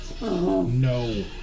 No